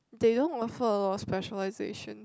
they don't offer a lot of specialisations